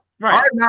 Right